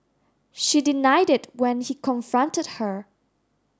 she denied it when he confronted her